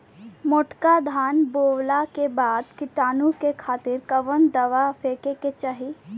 मोटका धान बोवला के बाद कीटाणु के खातिर कवन दावा फेके के चाही?